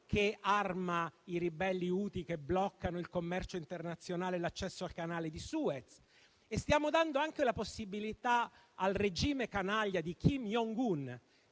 che arma i ribelli Houthi che bloccano il commercio internazionale e l'accesso al Canale di Suez. E stiamo dando anche la possibilità al regime canaglia di Kim Jong-un